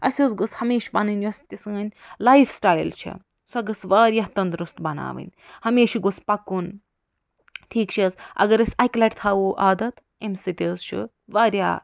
اسہِ حظ گوٚژھ ہمیشہٕ پنٕنۍ یۄس تہِ سٲنۍ لایف سِٹایل چھِ سۄ گٔژھ واریاہ تندرُستہٕ بناوٕنۍ ہمیشہٕ گوٚژ پکُن ٹھیٖکھ چھا حظ اگر أسۍ اکہِ لٹہِ تھاوو عادت اَمہِ سۭتۍ حظ چھُ واریاہ